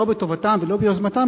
שלא בטובתם ולא ביוזמתם,